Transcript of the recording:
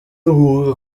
umwuga